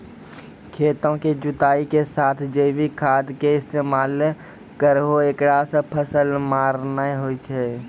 खेतों के जुताई के साथ जैविक खाद के इस्तेमाल करहो ऐकरा से फसल मार नैय होय छै?